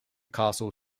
castle